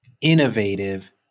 innovative